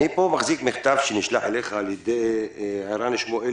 אני פה מחזיק מכתב שנשלח אליך על ערן שמואלי